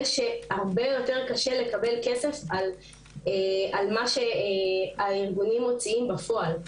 שהרבה יותר קשה לקבל כסף על מה שהארגונים מוציאים בפועל.